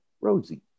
Rosie